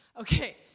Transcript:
Okay